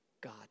God